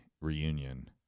reunion